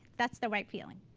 that's the right feeling.